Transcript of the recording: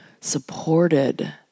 supported